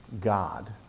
God